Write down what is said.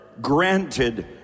granted